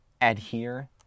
adhere